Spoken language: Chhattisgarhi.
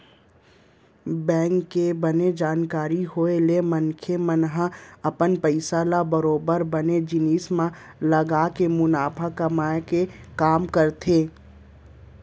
बेंक के बने जानकारी होय ले मनखे मन ह अपन पइसा ल बरोबर बने जिनिस म लगाके मुनाफा कमाए के काम करथे